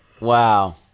wow